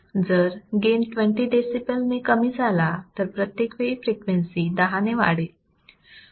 जर gain 20 decibels ने कमी झाला तर प्रत्येक वेळी फ्रिक्वेन्सी 10 ने वाढेल